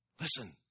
Listen